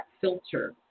filter